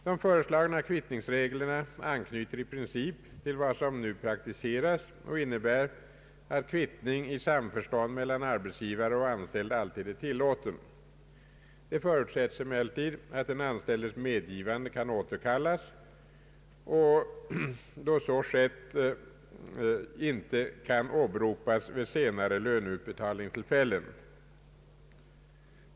De föreslagna kvittningsreglerna anknyter i princip till vad som nu praktiseras och innebär att kvittning i samförstånd mellan arbetsgivare och anställda alltid är tillåten. Det förutsättes emellertid att den anställdes medgivande kan återkallas och då så skett inte kan åberopas vid senare löneutbetalningstillfällen.